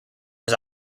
was